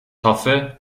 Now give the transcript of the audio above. hoffe